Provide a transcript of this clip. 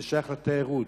זה שייך לתיירות,